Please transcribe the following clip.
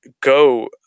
go